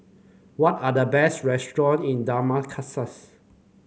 what are the best restaurant in Damascus